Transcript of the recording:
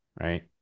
right